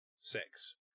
six